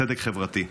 צדק חברתי.